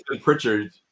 Pritchard